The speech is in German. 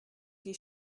die